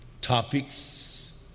topics